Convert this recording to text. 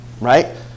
Right